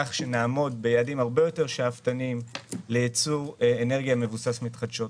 כך שנעמוד ביעדים הרבה יותר שאפתניים לייצור אנרגיה מבוססת מתחדשות.